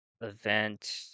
Event